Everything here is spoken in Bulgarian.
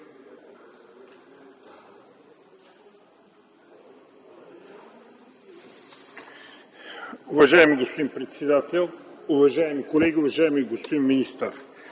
Уважаеми господин председател, уважаеми колеги, уважаеми господин министър!